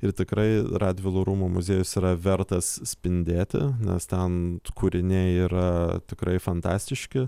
ir tikrai radvilų rūmų muziejus yra vertas spindėti nes ten kūriniai yra tikrai fantastiški